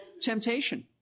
temptation